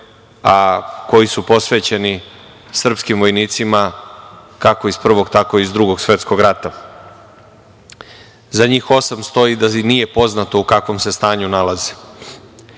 koji su posvećeni srpskim vojnicima kako iz Prvog, tako i iz Drugog svetskog rata. Za njih osam stoji da nije poznato u kakvom se stanju nalaze. Ono